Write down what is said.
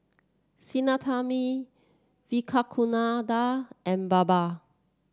Sinnathamby Vivekananda and Baba